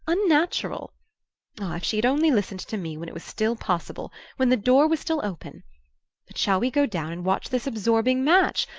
unnatural. ah, if she had only listened to me when it was still possible. when the door was still open. but shall we go down and watch this absorbing match?